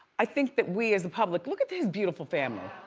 i think that we as the public, look at this beautiful family,